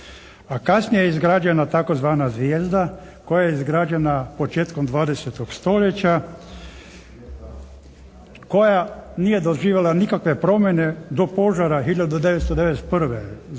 kasnije je izgrađena tzv. zvijezda koja je izgrađena početkom 20. stoljeća koja nije doživjela nikakve promjene do požara 1991. Ako znate